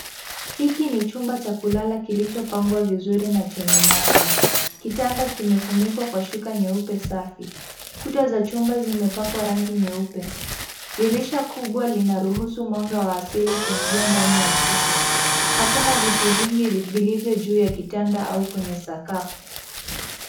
Hiki ni chumba cha kulala kilichopangwa vizuri na kenye mwanga. Kitanda kimefunikwa kwa shuka nyeupe safi. Kuta za chumba zimepakwa rangi nyeupe. Dirisha kubwa linaruhusu mwanga wa asili kuingia ndani ya chumba. Hakuna vitu vingi vilivyo juu ya kitanda au kwenye sakafu.